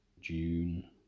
June